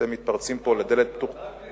מתפרצים פה לדלת פתוחה,